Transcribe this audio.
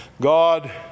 God